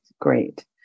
Great